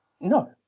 No